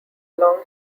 long